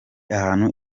ahantu